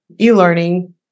e-learning